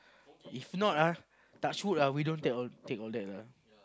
if not ah touch wood ah we don't tell take all that lah